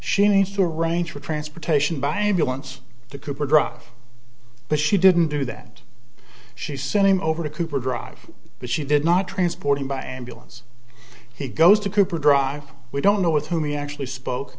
she needs to arrange for transportation by ambulance to cooper drive but she didn't do that she sent him over to cooper drive but she did not transporting by ambulance he goes to cooper dr we don't know with whom he actually